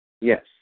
Yes